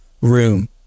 room